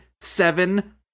seven